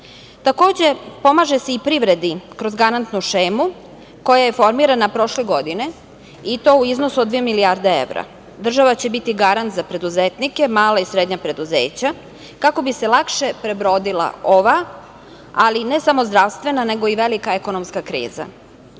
pomaže se i privredi kroz garantnu šemu koja je formirana prošle godine, i to u iznosu od dve milijarde evra. Država će biti garant za preduzetnike, mala i srednja preduzeća, kako bi se lakše prebrodila ova, ne samo zdravstvena nego i velika ekonomska kriza. Preko